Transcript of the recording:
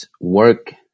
work